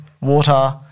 water